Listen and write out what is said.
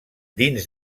dins